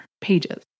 pages